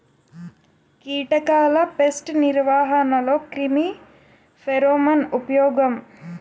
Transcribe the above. కీటకాల పేస్ట్ నిర్వహణలో క్రిమి ఫెరోమోన్ ఉపయోగం